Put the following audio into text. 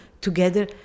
together